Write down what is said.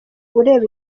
ureba